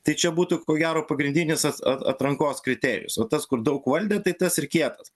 tai čia būtų ko gero pagrindinis at at atrankos kriterijus vat tas kur daug valdė tai tas ir kietas